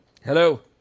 Hello